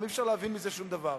גם אי-אפשר להבין מזה שום דבר.